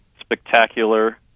spectacular